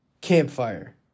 Campfire